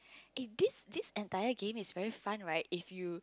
eh this this entire game is very fun right if you